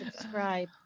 subscribe